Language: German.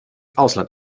ausland